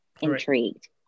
intrigued